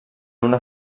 una